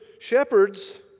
shepherds